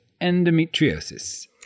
endometriosis